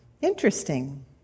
Interesting